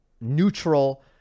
neutral